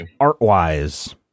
Art-wise